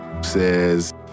says